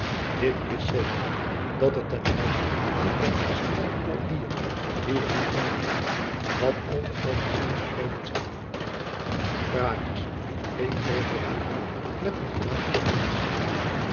dit is zeker dat er ten huize van eenen kastelein alhier wien ik niet noemen mag wat al te grove dingen gepredikt zijn praatjens riep frederik hendrik met een gemaakten grimlagch